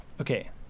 Okay